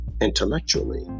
intellectually